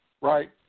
right